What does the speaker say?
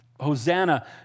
Hosanna